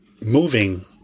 moving